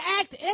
act